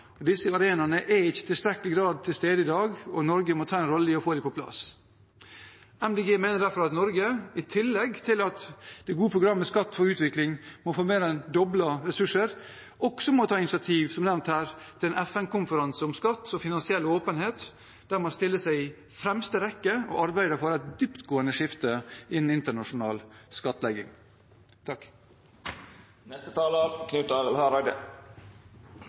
Disse arenaene er ikke i tilstrekkelig grad til stede i dag, og Norge må ta en rolle i å få dem på plass. Miljøpartiet De Grønne mener derfor at Norge, i tillegg til at det gode programmet Skatt for utvikling må få ressursene mer enn doblet, også må ta initiativ – som nevnt her – til en FN-konferanse om skatt og finansiell åpenhet, der man stiller seg i fremste rekke og arbeider for et dyptgående skifte innen internasjonal skattlegging.